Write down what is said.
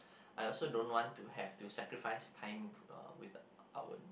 I also don't want to have to sacrifice time p~ uh with our